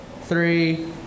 three